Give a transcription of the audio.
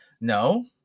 No